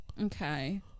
Okay